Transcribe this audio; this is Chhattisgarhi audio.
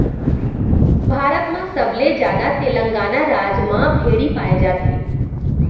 भारत म सबले जादा तेलंगाना राज म भेड़ी पाए जाथे